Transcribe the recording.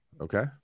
Okay